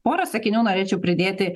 porą sakinių norėčiau pridėti